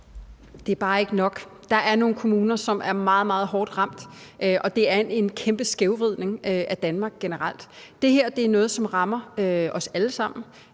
Det er bare ikke nok. Der er nogle kommuner, som er meget, meget hårdt ramt, og det er en kæmpe skævvridning af Danmark generelt. Det her er noget, som rammer os alle sammen.